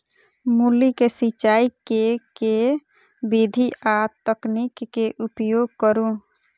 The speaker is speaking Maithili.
मूली केँ सिचाई केँ के विधि आ तकनीक केँ उपयोग करू?